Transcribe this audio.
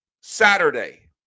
Saturday